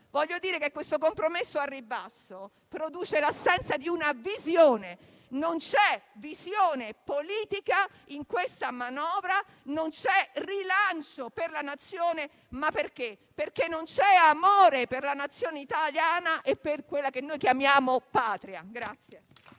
a fare nulla. Il compromesso al ribasso produce l'assenza di una visione: non c'è visione politica in questa manovra; non c'è rilancio per la Nazione perché non c'è amore per la Nazione italiana e per quella che noi chiamiamo patria.